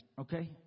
okay